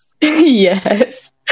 yes